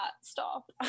stop